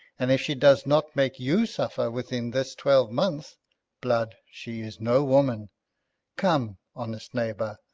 and if she does not make you suffer within this twelve-month blood she is no woman come, honest neighbour,